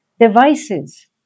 Devices